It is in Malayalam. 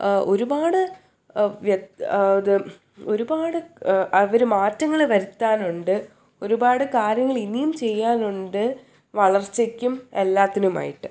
ഒരുപാട് വ്യക്തം ഇത് ഒരുപാട് അവർ മാറ്റങ്ങൾ വരുത്താനുണ്ട് ഒരുപാട് കാര്യങ്ങൾ ഇനിയും ചെയ്യാനുണ്ട് വളർച്ചക്കും എല്ലാത്തിനുമായിട്ട്